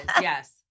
Yes